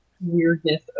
weirdness